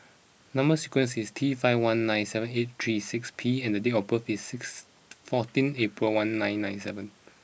number sequence is T five one nine seven eight three six P and date of birth is six fourteen April one nine nine seven